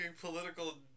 political